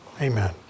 Amen